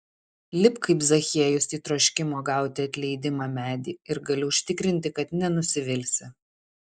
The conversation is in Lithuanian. lipk kaip zachiejus į troškimo gauti atleidimą medį ir galiu užtikrinti kad nenusivilsi